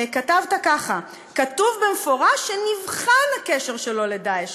כתבת ככה: כתוב במפורש שנבחן הקשר שלו ל"דאעש".